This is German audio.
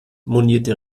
monierte